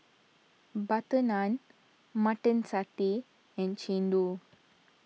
Butter Naan Mutton Satay and Chendol